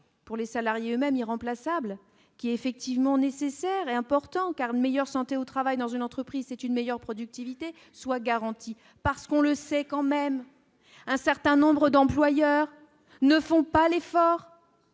pour les salariés eux-mêmes irremplaçable qui est effectivement nécessaire et important car meilleure santé au travail dans une entreprise, c'est une meilleure productivité soit garantie parce qu'on le sait quand même un certain nombre d'employeurs ne font pas l'effort,